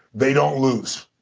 they don't lose